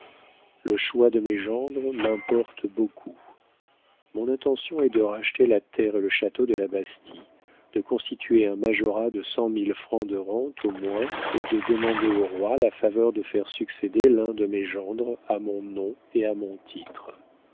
le choix de mes gendres m'importe beaucoup mon intention est de racheter la terre et le château de la bastie de constituer un majorat de cent mille francs de rente au moins et de demander au roi la faveur de faire succéder l'un de mes gendres à mon nom et à mon titre